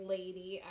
Lady